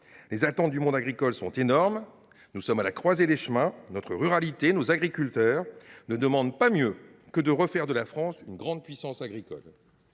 Les attentes du monde agricole sont énormes et nous sommes à la croisée des chemins. Notre ruralité, nos agriculteurs ne demandent pas mieux que de refaire de la France une grande puissance agricole.